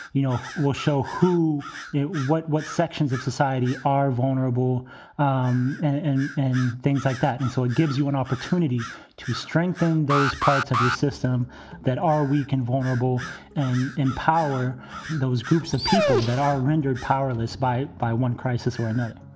you know, we'll show who you what what sections of society are vulnerable um and and things like that. and so it gives you an opportunity to strengthen those parts of your system that are weak and vulnerable and empower those groups of people that are rendered powerless by by one crisis or another